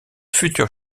futur